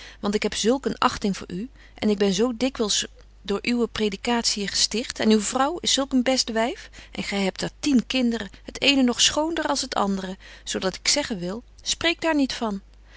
ik heb zulk een achting voor u en ik ben zo dikwyls door uwe predikatiën gesticht en uw vrouw is zulk een best wyf en gy hebt daar tien kinderen het eene nog schoonder als t andere zo dat ik zeggen wil spreek daar niet van